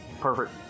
Perfect